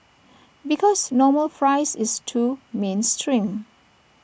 because normal fries is too mainstream